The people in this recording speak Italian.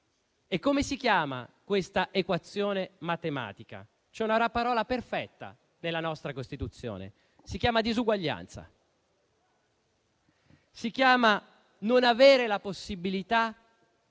Come si chiama questa equazione matematica? C'è una parola perfetta nella nostra Costituzione: si chiama disuguaglianza, si chiama non avere la possibilità